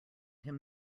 him